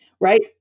right